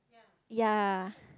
yea